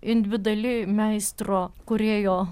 individuali meistro kūrėjo